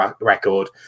record